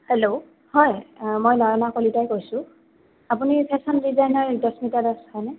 hello হয় মই নয়ণা কলিতাই কৈছোঁ আপুনি ফেশ্বন ডিজাইনাৰ ৰিতস্মিতা দাস হয়নে